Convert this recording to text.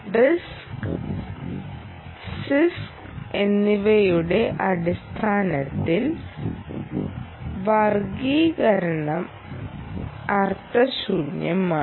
risk CISC എന്നിവയുടെ അടിസ്ഥാനത്തിൽ വർഗ്ഗീകരണം അർത്ഥശൂന്യമാണ്